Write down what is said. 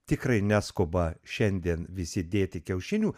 tikrai neskuba šiandien visi dėti kiaušinių